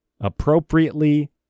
Appropriately